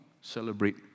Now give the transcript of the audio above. celebrate